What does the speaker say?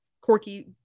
corky